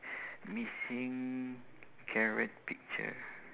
missing carrot picture